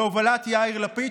בהובלת יאיר לפיד,